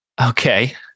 Okay